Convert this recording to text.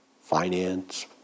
finance